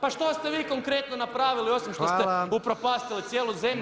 Pa što ste vi konkretno napravili osim što ste upropastili cijelu zemlju.